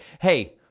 Hey